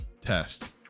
test